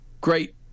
great